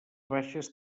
baixes